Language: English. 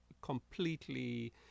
completely